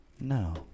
No